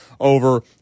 over